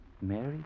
Mary